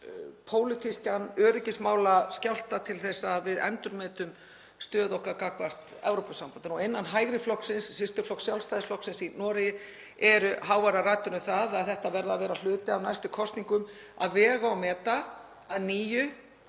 um pólitískan öryggismálaskjálfta til þess að við endurmetum stöðu okkar gagnvart Evrópusambandinu. Og innan hægri flokksins, systurflokks Sjálfstæðisflokksins í Noregi, eru háværar raddir um að það verði að vera hluti af næstu kosningum að vega og meta að nýju,